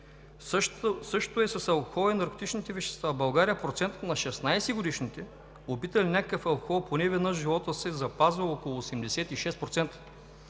Същото е с алкохола и наркотичните вещества. В България процентът на 16-годишните, опитали някакъв алкохол поне веднъж в живота си, запазва около 86%,